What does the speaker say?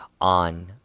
on